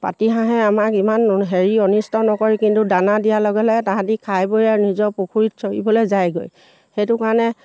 পাতিহাঁহে আমাক ইমান হেৰি অনিষ্ট নকৰে কিন্তু দানা দিয়া লগে লগে তাহাঁতি খাই বৈ আৰু নিজৰ পুখুৰীত চৰিবলৈ যায়গৈ সেইটো কাৰণে